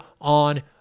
on